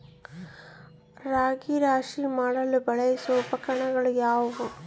ರಾಗಿ ರಾಶಿ ಮಾಡಲು ಬಳಸುವ ಉಪಕರಣ ಯಾವುದು?